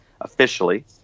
officially